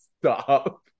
Stop